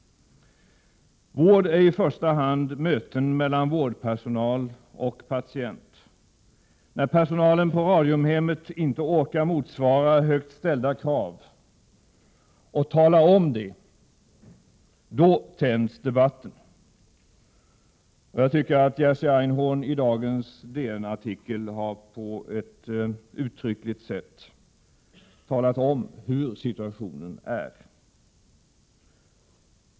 Vård är i första hand möten mellan vårdpersonal och patient. När personalen på Radiumhemmet inte orkar motsvara högt ställda krav — och talar om det — då tänds debatten. Jag tycker att Jerzy Einhorn i dagens DN-artikel väl uttryckt hur situationen är.